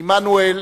עמנואל